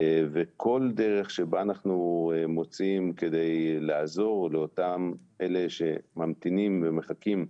כל דרך שבה אנחנו מוצאים לעזור לאותם אלה שממתינים ומחכים,